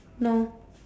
no